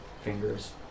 fingers